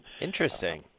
Interesting